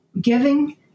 Giving